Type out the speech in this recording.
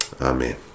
Amen